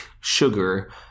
sugar